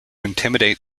intimidate